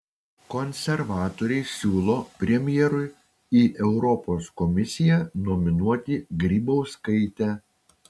konservatoriai siūlo premjerui į europos komisiją nominuoti grybauskaitę